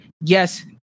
Yes